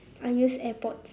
I use airpods